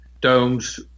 domes